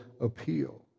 appeal